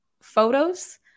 photos